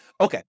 Okay